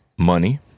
Money